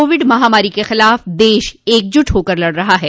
Covid महामारी के खिलाफ देश एकजुट होकर लड़ रहा है